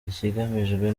ikigamijwe